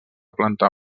planta